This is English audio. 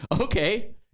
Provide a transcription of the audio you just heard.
okay